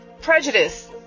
prejudice